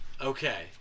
Okay